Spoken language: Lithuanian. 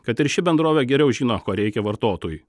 kad ir ši bendrovė geriau žino ko reikia vartotojui